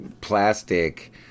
plastic